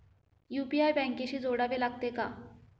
UPI बँकेशी जोडावे लागते का?